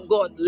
God